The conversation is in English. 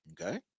Okay